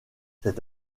cet